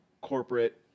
corporate